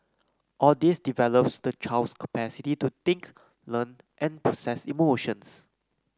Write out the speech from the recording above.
all this develops the child's capacity to think learn and process emotions